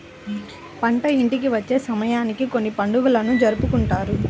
పంట ఇంటికి వచ్చే సమయానికి కొన్ని పండుగలను జరుపుకుంటారు